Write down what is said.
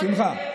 כן.